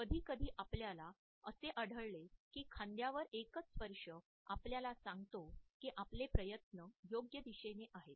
कधीकधी आपल्याला असे आढळले की खांद्यावरील एकच स्पर्श आपल्याला सांगतो की आपले प्रयत्न योग्य दिशेने आहेत